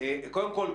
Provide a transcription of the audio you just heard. קודם כול,